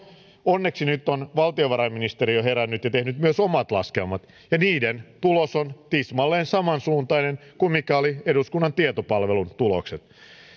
onneksi nyt on valtiovarainministeriö herännyt ja tehnyt myös omat laskelmat ja niiden tulos on tismalleen samansuuntainen kuin mikä oli eduskunnan tietopalvelun tulos